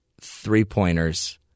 three-pointers –